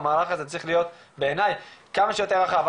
והמהלך הזה צריך להיות בעיני כמה שיותר רחב.